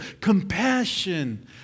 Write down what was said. Compassion